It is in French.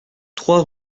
trois